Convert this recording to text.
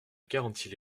garantie